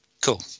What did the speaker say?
Cool